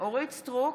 אורית מלכה סטרוק,